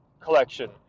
collection